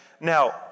Now